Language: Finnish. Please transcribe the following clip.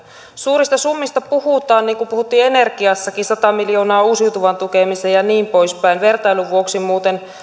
suurista summista puhutaan niin kuin puhuttiin energiassakin sata miljoonaa uusiutuvan tukemiseen ja niin poispäin vertailun vuoksi muuten